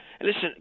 listen